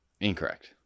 Incorrect